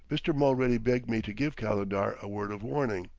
mr. mulready begged me to give calendar a word of warning.